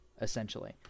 essentially